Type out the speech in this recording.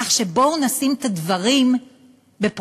כך שבואו נשים את הדברים בפרופורציה.